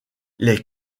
les